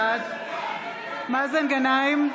בעד מאזן גנאים,